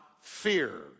fear